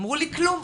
אמרו לי - כלום,